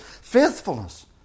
faithfulness